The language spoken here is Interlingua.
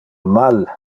mal